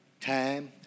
time